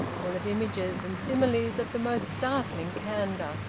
full of images and similes of the most startling candour,